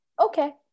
okay